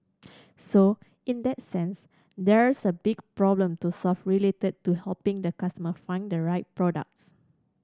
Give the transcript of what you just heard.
so in that sense there's a big problem to solve related to helping the customer find the right products